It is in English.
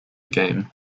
game